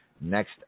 Next